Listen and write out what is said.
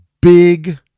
big